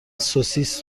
سوسیس